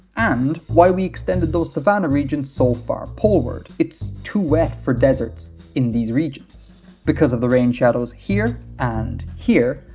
and why we extended those savanna regions so far poleward. it's too wet for deserts in these regions because of the rain shadows here and here,